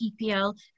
PPL